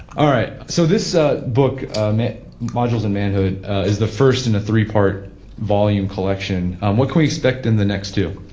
alright so this ah book ah modules in manhood is the first in a three part volume collection. um what can we expect in the next two?